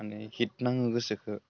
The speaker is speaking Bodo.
माने हिट नाङो गोसोखो